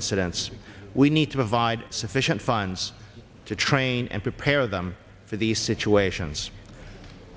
students we need to provide sufficient funds to train and prepare them for these situations